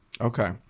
Okay